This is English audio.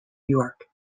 york